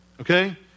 okay